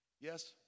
Yes